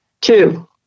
Two